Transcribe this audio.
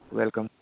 welcome